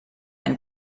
ein